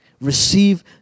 Receive